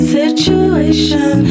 situation